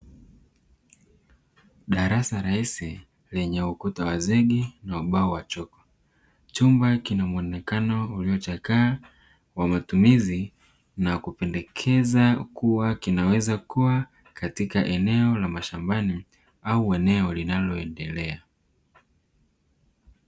Darasa la ESE lenye ukuta wa zege na ubao wa chaki, chumba kinamuonekano ulio chakaa kwa matumizi na kupendekeza kuwa kinaweza kuwa katika eneo la mashambani au eneo linaloendelea.